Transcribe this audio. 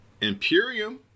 Imperium